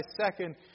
second